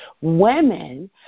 women